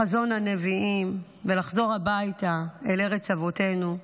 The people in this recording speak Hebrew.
חזון הנביאים, ולחזור הביתה אל ארץ אבותינו,